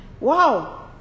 wow